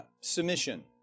submission